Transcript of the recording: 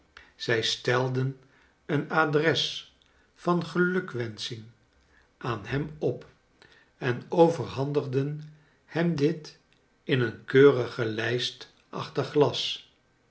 zij stelden een adres van gelukwensching aan hem op en overhandigden hem dit in een keurige lijst achter glas